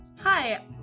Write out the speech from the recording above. Hi